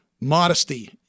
modesty